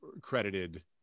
credited